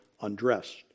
undressed